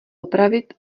opravit